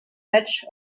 match